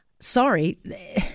sorry